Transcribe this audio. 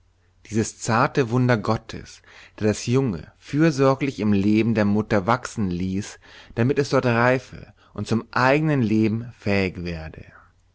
dieses zarte wunder gottes der das junge fürsorglich im leibe der mutter wachsen ließ damit es dort reife und zum eigenen leben fähig werde